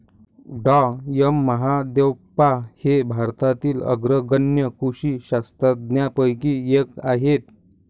डॉ M Mahadevappa हे भारतातील अग्रगण्य कृषी शास्त्रज्ञांपैकी एक आहेत